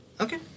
Okay